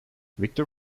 viktor